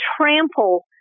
trample